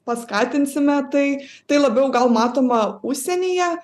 paskatinsime tai tai labiau gal matoma užsienyje